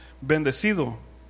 bendecido